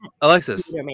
Alexis